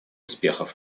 успехов